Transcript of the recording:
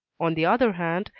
on the other hand,